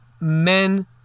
men